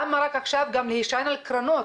למה גם עכשיו להישען על קרנות?